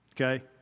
okay